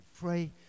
pray